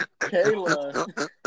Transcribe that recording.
Kayla